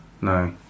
No